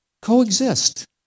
coexist